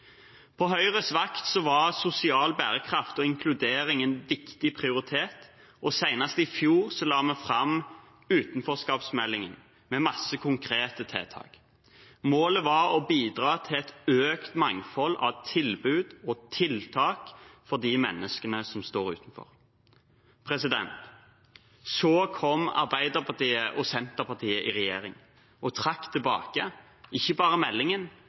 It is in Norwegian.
På Høyres vakt var sosial bærekraft og inkludering en viktig prioritet og senest i fjor la vi fram utenforskapsmeldingen, med mange konkrete tiltak. Målet var å bidra til et økt mangfold av tilbud og tiltak for de menneskene som står utenfor. Så kom Arbeiderpartiet og Senterpartiet i regjering og trakk tilbake – ikke bare meldingen,